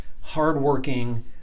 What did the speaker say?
hardworking